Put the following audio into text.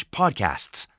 podcasts